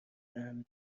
دهنت